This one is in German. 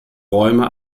räume